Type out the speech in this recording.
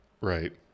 Right